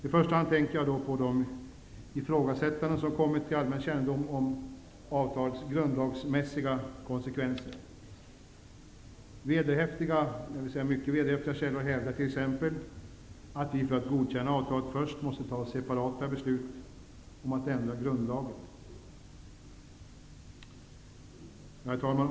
I första hand tänker jag på de ifrågasättanden som kommit till allmän kännedom om avtalets grundlagsmässiga konsekvenser. Vederhäftiga källor hävdar t.ex. att vi för att godkänna avtalet först måste ta separata beslut om att ändra grundlagen. Herr talman!